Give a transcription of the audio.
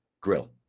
Grill